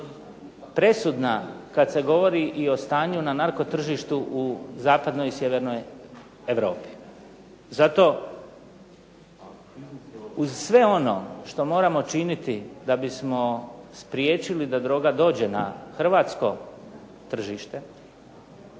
presudna kada se govori o stanju o narko tržištu na zapadnoj i sjevernoj Europi. Zato uz sve ono što moramo činiti da bismo spriječili da droga dođe na hrvatsko tržište